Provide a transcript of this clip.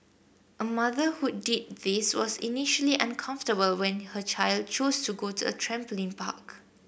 a mother who did this was initially uncomfortable when her child chose to go to a trampoline park